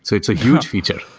so it's a huge feature